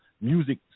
music